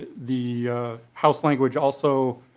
the house language also